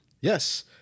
Yes